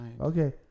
Okay